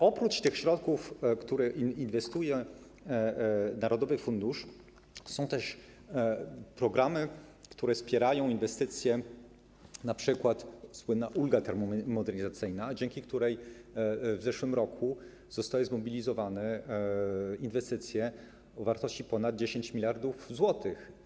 Oprócz tych środków, które inwestuje narodowy fundusz, są też programy, które wspierają inwestycje, np. słynna ulga termomodernizacyjna, dzięki której w zeszłym roku zostały zmobilizowane inwestycje o wartości ponad 10 mld zł.